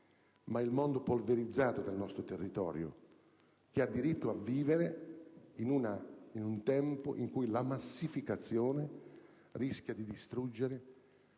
ma il mondo polverizzato del nostro territorio, che ha diritto a vivere in un tempo in cui la massificazione rischia di distruggere